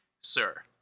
Sir